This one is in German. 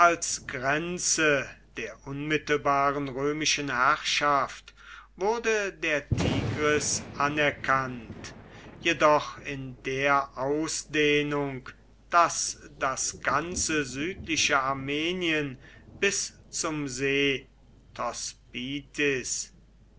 grenze der unmittelbaren römischen herrschaft wurde der tigris anerkannt jedoch in der ausdehnung daß das ganze südliche armenien bis zum see